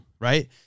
Right